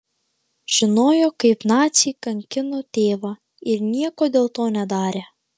žinojo kaip naciai kankino tėvą ir nieko dėl to nedarė